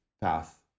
path